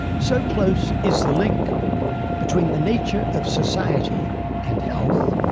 so close is the link between the nature of society and health,